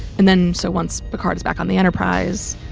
and then. so once the cards back on the enterprise